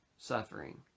suffering